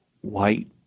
white